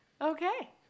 Okay